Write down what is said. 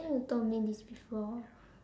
think you told me this before